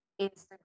Instagram